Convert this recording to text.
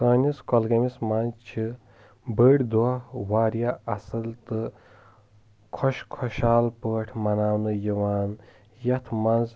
سٲنِس گۄلگٲمِس منٛز چھِ بٔڑۍ دۄہ واریاہ اصل تہٕ خۄش خۄشحال پٲٹھۍ مناونہٕ یِوان یتھ منٛز